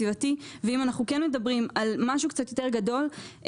אם אנחנו מדברים על משהו קצת יותר גדול,